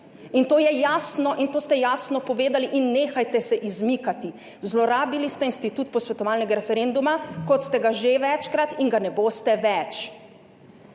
In to je jasno in to ste jasno povedali in nehajte se izmikati. Zlorabili ste institut posvetovalnega referenduma, kot ste ga že večkrat, in ga ne boste več.